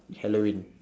halloween